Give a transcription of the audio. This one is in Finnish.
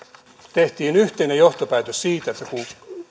tehtiin yhteinen johtopäätös siitä että kun